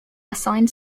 assigned